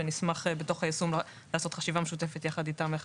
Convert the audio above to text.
ונשמח לעשות חשיבה משותפת יחד איתם,